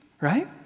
right